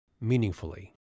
meaningfully